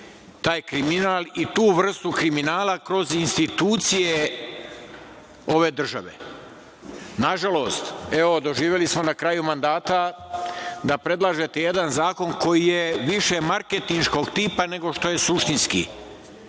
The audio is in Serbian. taj kriminal i tu vrstu kriminala kroz institucije ove države. Nažalost, evo, doživeli smo na kraju mandata da predlažete jedan zakon koji je više marketinškog tipa, nego što je suštinski. Ovaj